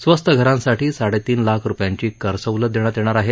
स्वस्त घरांसाठी साडेतीन लाख रुपयांची करसवलत देण्यात येणार आहे